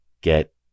get